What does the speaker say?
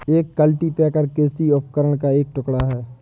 एक कल्टीपैकर कृषि उपकरण का एक टुकड़ा है